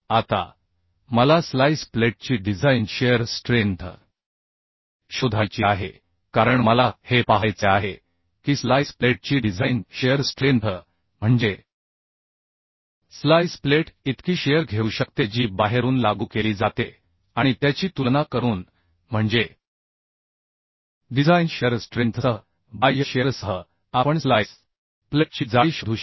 आता मला स्लाइस प्लेटची डिझाइन शिअर स्ट्रेंथ शोधायची आहे कारण मला हे पाहायचे आहे की स्लाइस प्लेटची डिझाइन शिअर स्ट्रेंथ म्हणजे स्लाइस प्लेट इतकी शिअर घेऊ शकते जी बाहेरून लागू केली जाते आणि त्याची तुलना करून म्हणजे डिझाइन शिअर स्ट्रेंथसह बाह्य शिअरसह आपण स्लाइस प्लेटची जाडी शोधू शकतो